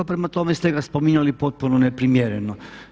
Prema tome ste ga spominjali potpuno neprimjereno.